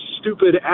stupid